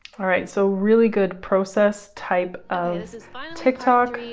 all right. so really good process type of tiktok.